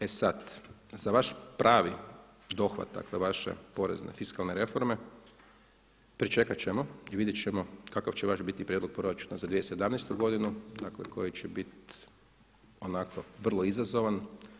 E sad, za vaš pravi dohvatak na vaše porezne fiskalne reforme pričekat ćemo i vidjet ćemo kakav će vaš biti prijedlog proračuna za 2017. godinu koji će biti onako vrlo izazovan.